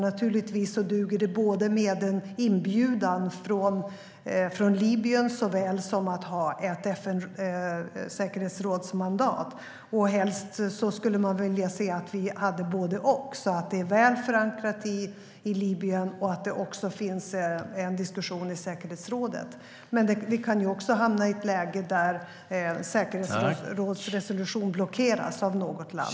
Naturligtvis duger en inbjudan från Libyen såväl som ett mandat från FN:s säkerhetsråd. Helst skulle vi vilja se både och - att det är väl förankrat i Libyen och att det även finns en diskussion i säkerhetsrådet. Men vi kan också hamna i ett läge där en säkerhetsrådsresolution blockeras av något land.